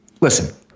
Listen